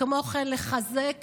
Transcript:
כמו כן, לחזק